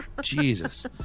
Jesus